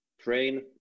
train